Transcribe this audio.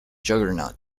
juggernaut